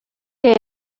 què